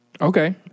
Okay